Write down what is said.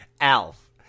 Alf